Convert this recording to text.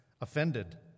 offended